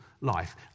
life